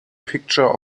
picture